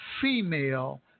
female